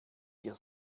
dir